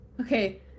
Okay